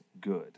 good